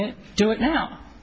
it do it now